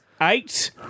eight –